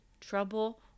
trouble